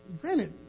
granted